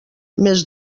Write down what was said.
més